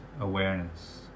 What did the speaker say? awareness